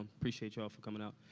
appreciate y'all for coming out.